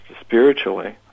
spiritually